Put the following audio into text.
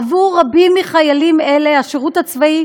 עבור רבים מחיילים אלה השירות הצבאי